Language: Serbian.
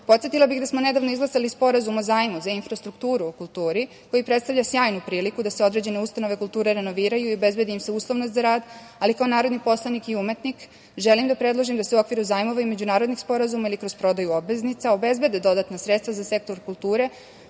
evra. Podsetila bih da smo nedavno izglasali Sporazum o zajmu za infrastrukturu u kulturi, koji predstavlja sjajnu priliku da se određene ustanove kulture renoviraju i obezbede im se uslovi za rad, ali kao narodni poslanik i umetnik, želim da predložim da se u okviru zajmova i međunarodnih sporazuma ili kroz prodaju obveznica, obezbede dodatna sredstva za sektor kulture